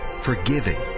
forgiving